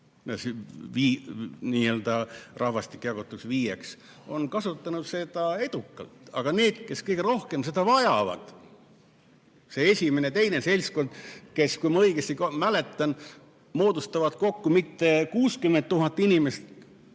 kvintiilid – rahvastik jagatakse viieks – on kasutanud seda edukalt. Aga need, kes kõige rohkem vajavad, see esimene ja teine seltskond, kes, kui ma õigesti mäletan, moodustavad kokku mitte 60 000 inimest,